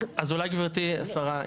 אז אולי גברתי השרה,